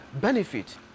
benefit